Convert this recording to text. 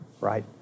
right